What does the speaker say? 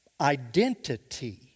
identity